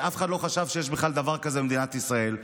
אף אחד לא חשב שיש בכלל דבר כזה במדינת ישראל,